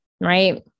Right